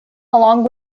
along